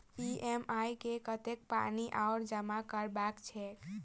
EMI मे कतेक पानि आओर जमा करबाक छैक?